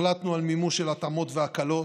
החלטנו על מימוש של התאמות והקלות.